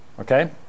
okay